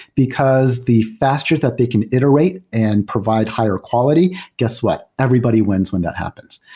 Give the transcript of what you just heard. because the faster that they can iterate and provide higher quality, guess what? everybody wins when that happens.